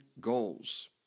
goals